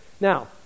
now